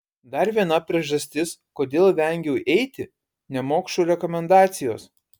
dar viena priežastis kodėl vengiau eiti nemokšų rekomendacijos